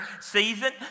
season